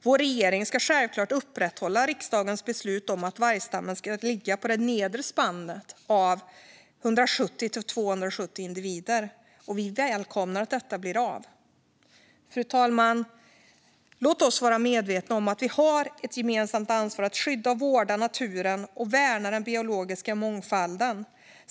Vår regering ska självklart upprätthålla riksdagens beslut om att vargstammen ska ligga i det nedre spannet av 170-270 individer. Vi välkomnar att detta blir av. Fru talman! Låt oss vara medvetna om att vi har ett gemensamt ansvar att skydda och vårda naturen och värna den biologiska mångfalden.